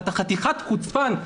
אתה חתיכת חוצפן,